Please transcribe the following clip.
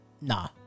nah